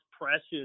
precious